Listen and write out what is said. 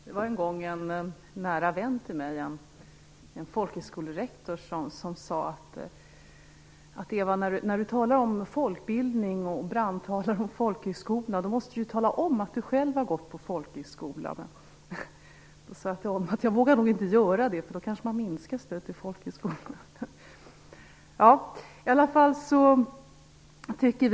Fru talman! En nära vän till mig, en folkhögskolerektor, sade en gång: Ewa! När du talar om folkbildning, när du brandtalar om folkhögskolorna, måste du tala om att du själv har gått på folkhögskola. Då sade jag till honom: Det vågar jag nog inte göra för då kanske man minskar stödet till folkhögskolorna.